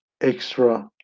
extra